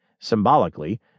Symbolically